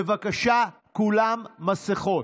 בבקשה, כולם מסכות.